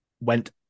went